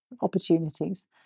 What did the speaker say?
opportunities